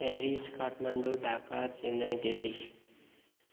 Paris Kathmandu Dhaka Chennai Delhi